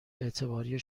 اعتباری